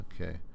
okay